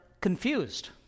confused